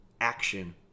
action